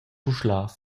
puschlav